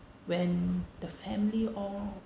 when the family all